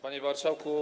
Panie Marszałku!